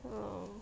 mm